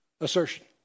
assertion